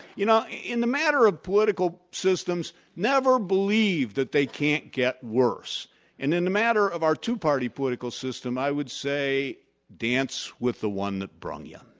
you know in the matter of political systems, never believe that they can't get worse. and in the matter of our two-party political system, i would say dance with the one that brung ya'.